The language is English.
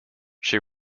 she